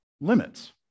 limits